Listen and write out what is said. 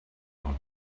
how